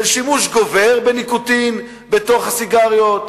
של שימוש גובר בניקוטין בתוך הסיגריות,